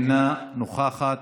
אינה נוכחת.